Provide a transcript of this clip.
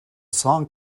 song